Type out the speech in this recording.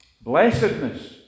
blessedness